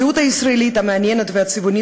הזהות הישראלית המעניינת והצבעונית